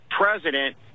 president